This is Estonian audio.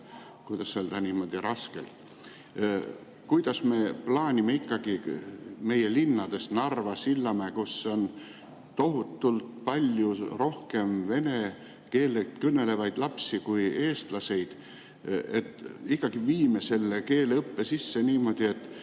kuidas öelda, niimoodi raskelt. Kuidas me plaanime ikkagi meie linnades, näiteks Narvas ja Sillamäel, kus on tohutult palju rohkem vene keelt kõnelevaid lapsi kui eestlaseid, ikkagi viia selle keeleõppe sisse niimoodi, et